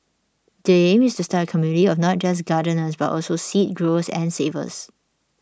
the aim is to start a community of not just gardeners but also seed growers and savers